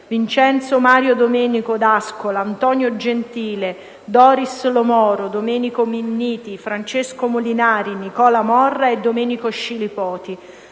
Vincenzo Mario Domenico D'Ascola, Antonio Gentile, Doris Lo Moro, Domenico Minniti, Francesco Molinari, Nicola Morra e Domenico Scilipoti;